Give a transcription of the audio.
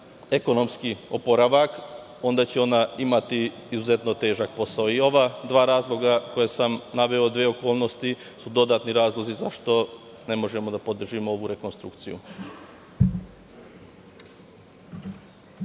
ekonomski oporavak, onda će ona imati izuzetno težak posao. Ova dva razloga koja sam naveo, dve okolnosti su dodatni razlozi zašto ne možemo da podržimo ovu rekonstrukciju.